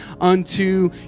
unto